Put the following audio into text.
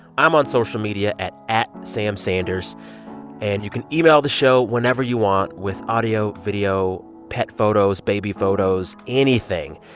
i'm on social media at at samsanders. and you can email the show whenever you want with audio, video, pet photos, baby photos, anything,